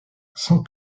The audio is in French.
sans